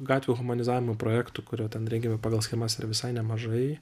gatvių humanizavimo projektų kurie ten rengiami pagal schemas yra visai nemažai